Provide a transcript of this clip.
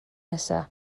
nesaf